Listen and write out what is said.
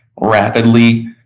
rapidly